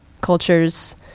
cultures